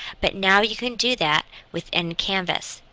but now you can do that within canvas.